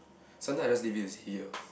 sometimes I just leave it as here